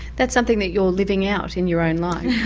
that's something that you're living out in your own life.